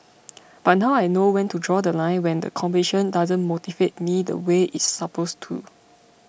but now I know when to draw The Line when the competition doesn't motivate me the way it's supposed to